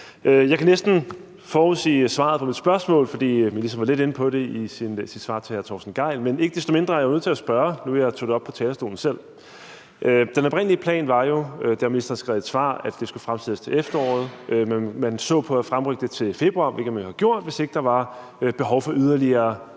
Jeg kan næsten forudsige svaret på mit spørgsmål, for ministeren var lidt inde på det i sit svar til hr. Torsten Gejl. Men ikke desto mindre er jeg nødt til at spørge, nu jeg selv tog det op oppe fra talerstolen. Den oprindelige plan var jo – det har ministeren skrevet i et svar – at det skulle fremstilles til efteråret. Man så på at fremrykke det til februar, hvilket man jo havde gjort, hvis ikke der var behov for yderligere